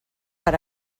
per